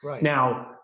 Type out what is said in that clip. Now